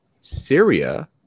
Syria